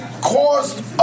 caused